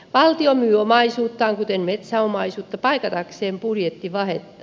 valtio myy omaisuuttaan kuten metsäomaisuutta paikatakseen budjettivajetta